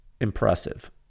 impressive